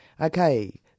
Okay